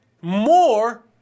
more